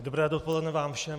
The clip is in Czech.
Dobré dopoledne vám všem.